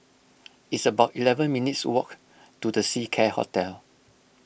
it's about eleven minutes' walk to the Seacare Hotel